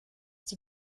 die